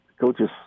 coaches